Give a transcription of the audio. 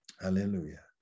Hallelujah